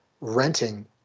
renting